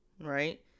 right